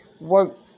work